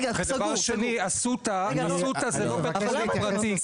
ודבר שני, אסותא הוא לא בית חולים פרטי,